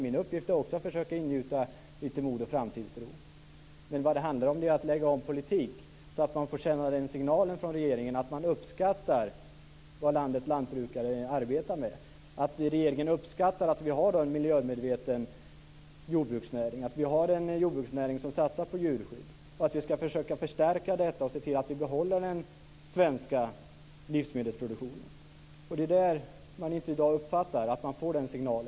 Min uppgift är också att försöka ingjuta mod och framtidstro, men vad det handlar om är att man borde lägga om politiken så att bönderna får känna signalen från regeringen att den uppskattar landets lantbrukares insatser, att vi har en miljömedveten jordbruksnäring som satsar på djurskydd. Regeringen borde förstärka detta för att se till att vi kan behålla den svenska livsmedelsproduktionen. I dag uppfattar man ingen sådan signal.